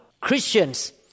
Christians